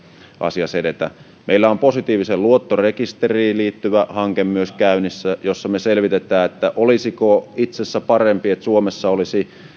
asiassa edetä meillä on positiiviseen luottorekisteriin liittyvä hanke myös käynnissä jossa me selvitämme olisiko itse asiassa parempi että suomessa olisi